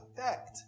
effect